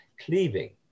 cleaving